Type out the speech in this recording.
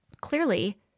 clearly